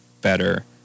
better